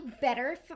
better